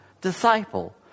disciple